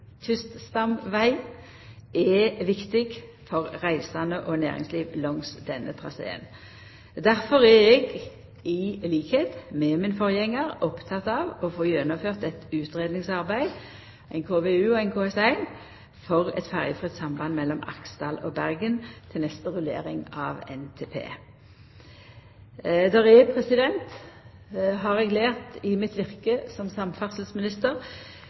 viktig for reisande og næringsliv langs denne traseen. Difor er eg, til liks med forgjengaren min, oppteken av å få gjennomført eit utgreiingsarbeid, ein KVU og ein KS1, for eit ferjefritt samband mellom Aksdal og Bergen til neste rullering av NTP. I mitt virke som samferdselsminister har eg lært at det er visse formalitetar som